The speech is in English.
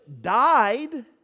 died